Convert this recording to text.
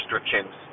restrictions